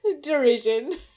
Derision